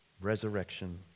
resurrection